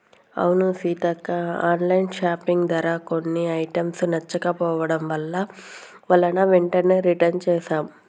అవును సీతక్క online shopping ధర కొన్ని ఐటమ్స్ నచ్చకపోవడం వలన వెంటనే రిటన్ చేసాం